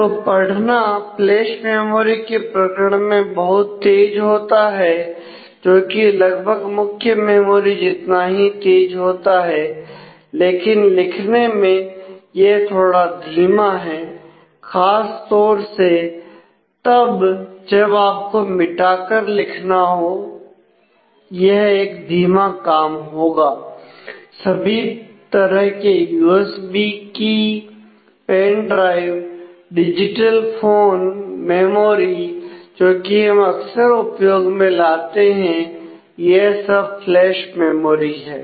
तो पढ़ना flash memory के प्रकरण में बहुत तेज होता है जोकि लगभग मुख्य मेमोरी जितना ही तेज होता है लेकिन लिखने में यह थोड़ा धीमा है खासतौर से तब जब आपको मिटाकर लिखना हो यह एक धीमा काम होगा सभी तरह के यूएसबी की मेमोरी जोकि हम अक्सर उपयोग में लाते हैं यह सब फ्लैश मेमोरी हैं